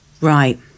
Right